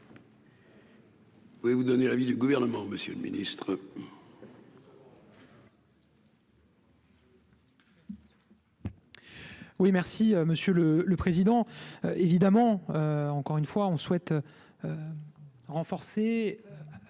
Oui vous donner l'avis du gouvernement, monsieur le Ministre.